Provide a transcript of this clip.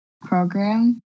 program